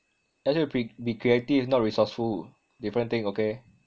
ask you b~ be creative not resourceful different thing okay